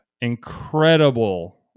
incredible